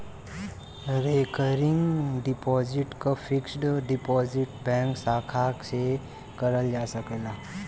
recurring deposit क fixed deposit bank शाखा से करल जा सकला